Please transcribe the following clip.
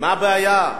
מה הבעיה?